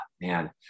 man